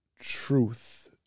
truth